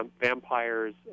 vampires